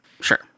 Sure